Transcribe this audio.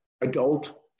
adult